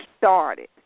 started